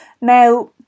Now